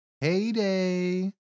Heyday